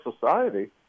society